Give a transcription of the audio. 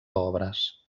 obres